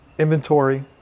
inventory